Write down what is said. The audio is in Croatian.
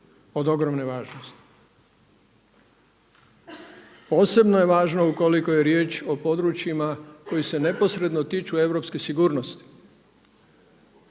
od ogromne važnosti. Posebno je važno ukoliko je riječ o područjima koji se neposredno tiču europske sigurnosti.